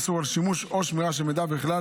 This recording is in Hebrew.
איסור שימוש או שמירה של מידע ובכלל